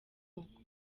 uko